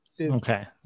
Okay